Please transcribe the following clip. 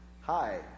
Hi